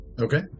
Okay